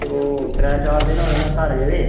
ते ओह् त्रै चार दिन होए उ'नें घर गेदे